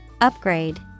Upgrade